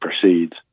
proceeds